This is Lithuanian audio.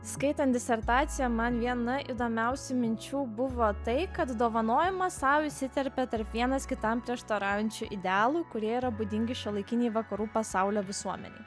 skaitant disertaciją man viena įdomiausių minčių buvo tai kad dovanojimas sau įsiterpia tarp vienas kitam prieštaraujančių idealų kurie yra būdingi šiuolaikinei vakarų pasaulio visuomenei